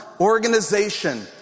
organization